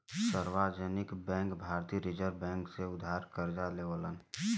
सार्वजनिक बैंक भारतीय reserve bank से उधार करजा लेवलन